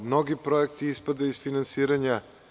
Mnogi projekti ispadaju iz finansiranja.